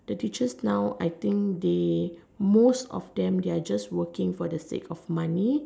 the teachers now I think they most of them are working for the sake of money